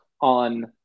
on